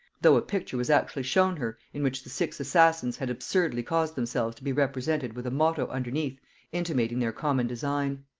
though a picture was actually shown her, in which the six assassins had absurdly caused themselves to be represented with a motto underneath intimating their common design.